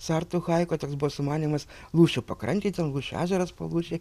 sartų haiko toks buvo sumanymas lūšių pakrantėj tenlūšių ežeras palūšėj